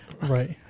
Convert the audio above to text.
Right